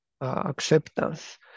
acceptance